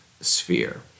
sphere